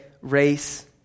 race